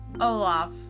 Olaf